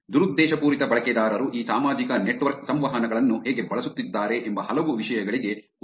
ದುರುದ್ದೇಶಪೂರಿತ ಬಳಕೆದಾರರು ಈ ಸಾಮಾಜಿಕ ನೆಟ್ವರ್ಕ್ ಸಂವಹನಗಳನ್ನು ಹೇಗೆ ಬಳಸುತ್ತಿದ್ದಾರೆ ಎಂಬ ಹಲವು ವಿಷಯಗಳಿಗೆ ಉತ್ತರಿಸಲಾಗುತ್ತದೆ